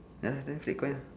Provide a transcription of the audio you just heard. ya lah then flip coin lah